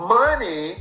money